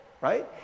Right